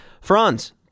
Franz